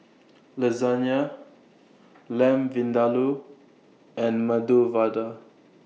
Lasagne Lamb Vindaloo and Medu Vada